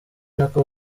nako